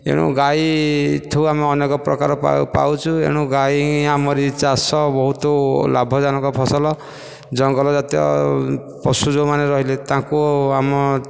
ଏଣୁ ଗାଈଠୁ ଆମେ ଅନେକ ପ୍ରକାର ପାଉ ପାଉଛୁ ଏଣୁ ଗାଈ ହିଁ ଆମରି ଚାଷ ବହୁତ ଲାଭଜନକ ଫସଲ ଜଙ୍ଗଲ ଜାତୀୟ ପଶୁ ଯେଉଁମାନେ ରହିଲେ ତାଙ୍କୁ ଆମ